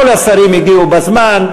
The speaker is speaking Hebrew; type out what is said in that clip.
כל השרים הגיעו בזמן,